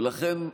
לכן,